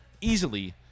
easily